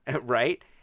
Right